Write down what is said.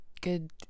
good